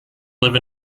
live